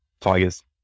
Tigers